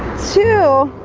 two